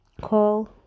call